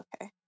okay